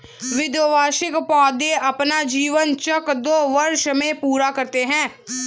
द्विवार्षिक पौधे अपना जीवन चक्र दो वर्ष में पूरा करते है